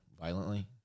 violently